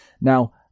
Now